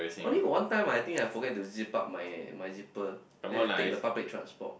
only one time I think I forget to zip up my my zipper then I take the public transport